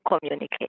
communicate